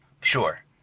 Sure